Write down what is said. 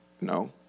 no